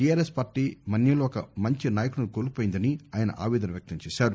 TRS party మన్యంలో ఒక మంచి నాయకుడిని కోల్పోయిందని ఆయన ఆవేదన వ్యక్తం చేశారు